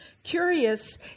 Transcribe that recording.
Curious